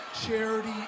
charity